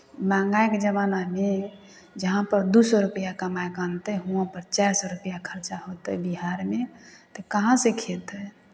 महँगाइके जमानामे जहाँपर दू सए रुपैआ कमाए कऽ अनतै वहाँपर चारि सए रुपैआ खर्चा होतै बिहारमे तऽ कहाँसँ खयतै